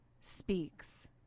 speaks